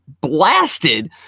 blasted